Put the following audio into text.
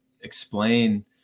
explain